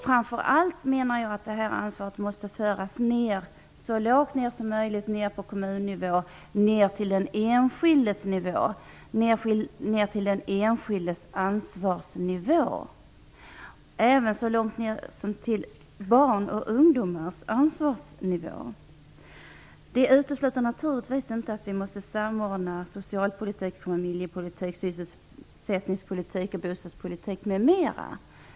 Jag menar att det här ansvaret måste föras ner så lågt som möjligt, ner på kommunnivå, ner till den enskildes nivå, ner till den enskildes ansvarsnivå, även så lågt ner som till barns och ungdomars ansvarsnivå. Det utesluter naturligtvis inte att vi måste samordna socialpolitik, familjepolitik, sysselsättningspolitik, bostadspolitik, m.m.